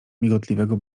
migotliwego